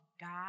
God